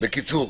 לא,